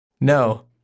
No